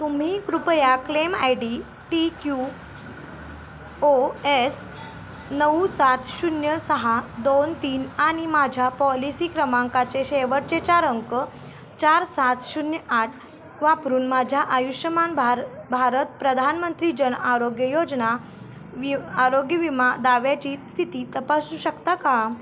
तुम्ही कृपया claim I D T Q O S नऊ सात शून्य सहा दोन तीन आणि माझ्या पॉलिसी क्रमांकाचे शेवटचे चार अंक चार सात शून्य आठ वापरून माझ्या आयुष्यमान भार भारत प्रधानमंत्री जन आरोग्य योजना वि आरोग्य विमा दाव्याची स्थिती तपासू शकता का